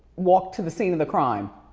walked to the scene of the crime.